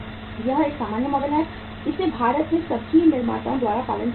यह एक सामान्य मॉडल है जिसे भारत में सभी निर्माताओं द्वारा पालन किया जा रहा है